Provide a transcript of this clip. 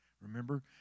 Remember